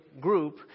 Group